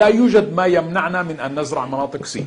אין דבר שמונע מאיתנו לזרוע בשטחי C,